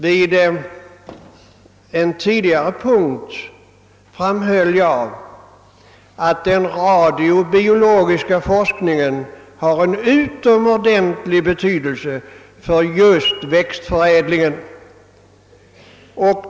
Vid en tidigare punkt framhöll jag, att den radiobiologiska forskningen har en utomordentlig betydelse för just växtförädlingen.